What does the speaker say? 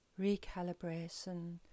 recalibration